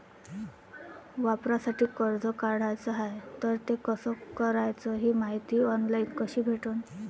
वावरासाठी कर्ज काढाचं हाय तर ते कस कराच ही मायती ऑनलाईन कसी भेटन?